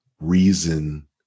reason